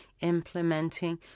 implementing